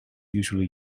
usually